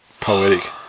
Poetic